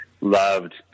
loved